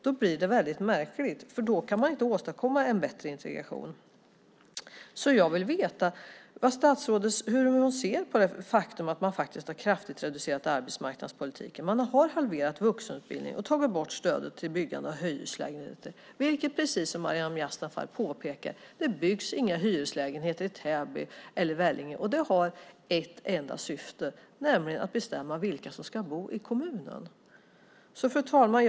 Då kan man ju inte åstadkomma en bättre integration. Jag vill veta hur statsrådet ser på det faktum att man faktiskt har reducerat arbetsmarknadspolitiken kraftigt. Man har halverat vuxenutbildningen och tagit bort stödet till byggande av hyreslägenheter. Det är precis så som Maryam Yazdanfar påpekar. Det byggs inga hyreslägenheter i Täby eller i Vellinge. Det har ett enda syfte, nämligen att man vill bestämma vilka som ska bo i kommunen. Fru talman!